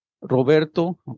Roberto